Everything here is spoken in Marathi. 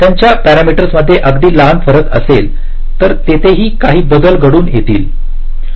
त्यांच्या पॅरामीटर्स मध्ये अगदी लहान फरक असेल तर तिथेही काही बदल घडून येतील